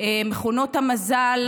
מכונות המזל